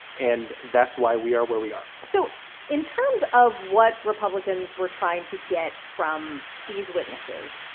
and that's why we are where we are so in terms of what republicans were trying to get from these witnesses,